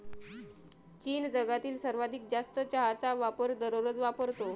चीन जगातील सर्वाधिक जास्त चहाचा वापर दररोज वापरतो